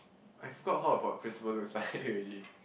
I forgot how our pro~ principal looks like already